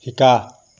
শিকা